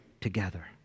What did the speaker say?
together